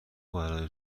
برای